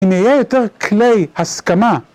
‫נהיה יותר כלי הסכמה.